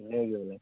ᱤᱱᱟᱹ ᱜᱮ ᱵᱚᱞᱮ